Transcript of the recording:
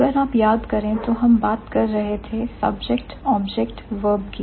अगर आप याद करें तो हम बात कर रहे थे सब्जेक्ट ऑब्जेक्ट वर्ब की